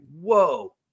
whoa